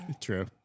True